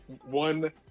one